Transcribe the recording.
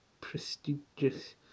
prestigious